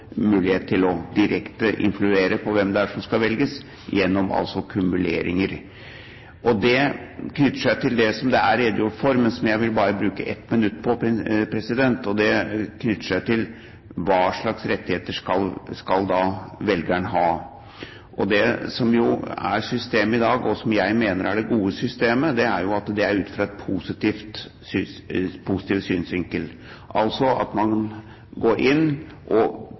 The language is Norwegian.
mulighet til direkte å influere på hvem det er som skal velges, gjennom kumuleringer. Det knytter seg til det som det er redegjort for, men som jeg bare vil bruke ett minutt på, nemlig hva slags rettigheter velgeren da skal ha. Det som er systemet i dag, og som jeg mener er det gode systemet – ut fra en positiv synsvinkel – er altså at man går inn og gir tilleggsstemme til dem man vil ha inn, og